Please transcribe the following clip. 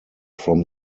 from